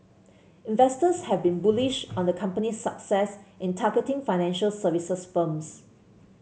investors have been bullish on the company's success in targeting financial services firms